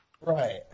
Right